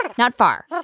like not far